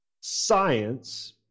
science